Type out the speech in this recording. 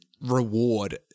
reward